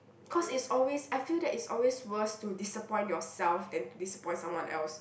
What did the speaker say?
cause it's always I feel that it's always worse to disappoint yourself than to disappoint someone else